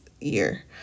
year